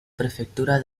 prefectura